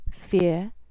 Fear